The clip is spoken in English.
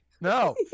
No